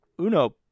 Uno